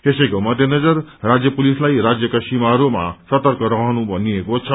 यसैको मध्येनजर राज्य पुलिसलाई राज्यका सीमाहरूमा सतर्क रहनु भनिएको छ